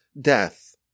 death